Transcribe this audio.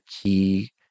key